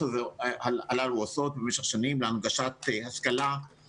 הללו עושות במשך שנים להנגשת השכלה,